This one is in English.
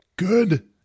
Good